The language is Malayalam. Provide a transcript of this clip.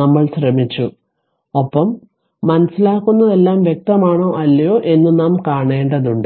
നമ്മൾ ശ്രമിച്ചു ഒപ്പം മനസ്സിലാക്കുന്നതെല്ലാം വ്യക്തമാണോ അല്ലയോ എന്ന് നാം കാണേണ്ടതുണ്ട്